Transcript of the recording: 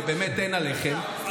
ובאמת אין עליכם.